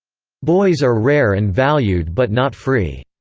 boys are rare and valued but not free,